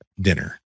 dinner